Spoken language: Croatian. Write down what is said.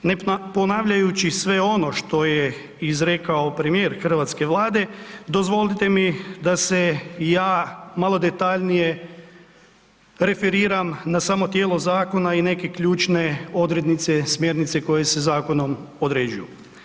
Ne ponavljajući sve ono što je izrekao premijer hrvatske vlade, dozvolite mi da se i ja malo detaljnije referiram na samo tijelo zakona i neke ključne odrednice, smjernice koje se zakonom određuju.